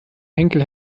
henkel